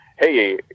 Hey